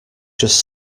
just